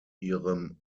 ihrem